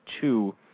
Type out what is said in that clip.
two